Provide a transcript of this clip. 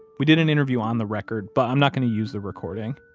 we did an interview on the record, but i'm not going to use the recording.